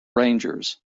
rangers